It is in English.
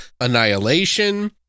Annihilation